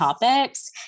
topics